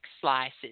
slices